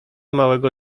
małego